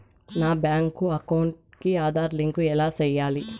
నా bank account కి Aadhaar link ఎలా సేయాలి